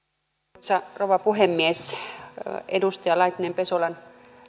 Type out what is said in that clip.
arvoisa rouva puhemies edustaja laitinen pesolan